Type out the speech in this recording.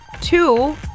two